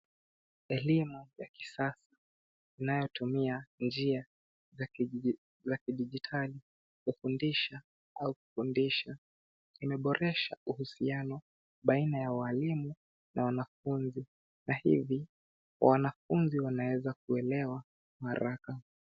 Elimu ya kisasa inayotumia njia ya kijidijitali kufundisha. Imeboresha uhusiano baina ya wa walimu na wanafunzi. Kwa hivi wanafunzi wanaweza kuelewa haraka.